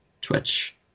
twitch